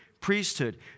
priesthood